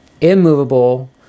immovable